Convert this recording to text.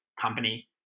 company